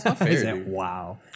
Wow